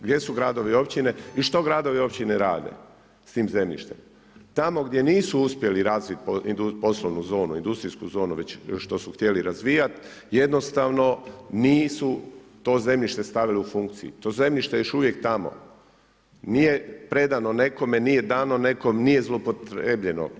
Gdje su gradovi i općine i što gradovi i općine rade s tim zemljištem tamo gdje nisu uspjeli razviti industrijsku zonu već što su htjeli razvijati, jednostavno nisu to zemljište stavili u funkciju, to zemljište je još uvijek tamo, nije predano nekome, nije dano nekome, nije zloupotrebljeno.